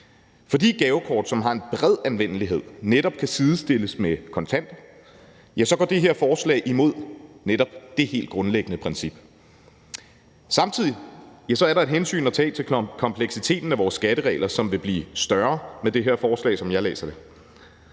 Fordi gavekort, som har en bred anvendelighed, netop kan sidestilles med kontanter, går det her forslag imod det helt grundlæggende princip. Samtidig er der et hensyn at tage til kompleksiteten af vores skatteregler, som vil blive større med det her forslag, sådan som jeg læser det.